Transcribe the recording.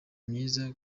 myiza